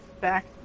back